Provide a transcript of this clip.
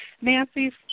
Nancy